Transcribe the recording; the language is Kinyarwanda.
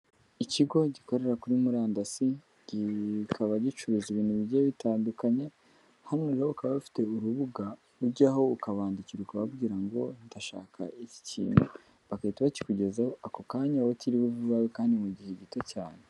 Ikigo gikorera kuri murandasi kikaba gicuruza ibintu bigiye bitandukanye, hanorero bakaba bafite urubuga ujyaho ukabandikira ukababwira ngo ndashaka iki kintu, bagahita bakikugezaho ako kanya utiriwe uva iwawe kandi mu gihe gito cyane.